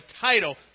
title